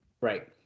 Right